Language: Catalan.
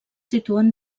situen